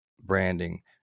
branding